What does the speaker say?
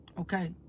Okay